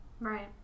Right